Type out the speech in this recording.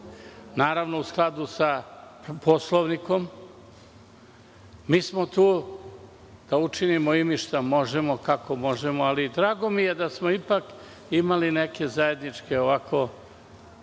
naravno, u skladu sa Poslovnikom. Mi smo tu da učinimo šta možemo i kako možemo, ali mi je drago da smo ipak imali neke zajedničke stavove,